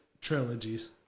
trilogies